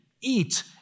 eat